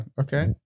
okay